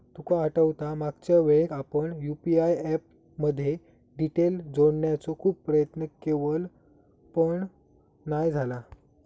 तुका आठवता मागच्यावेळेक आपण यु.पी.आय ऍप मध्ये डिटेल जोडण्याचो खूप प्रयत्न केवल पण नाय झाला